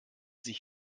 sich